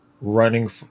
running